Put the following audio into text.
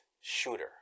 shooter